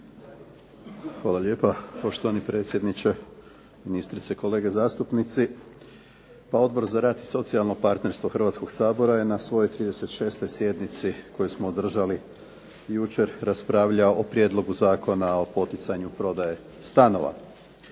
Hvala lijepa, poštovani predsjedniče. Ministrice, kolege zastupnici. Odbor za rad i socijalno partnerstvo Hrvatskoga sabora je na svojoj 36. sjednici koju smo održali jučer raspravljao o Prijedlogu zakona o poticanju prodaje stanova.